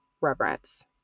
reverence